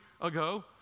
ago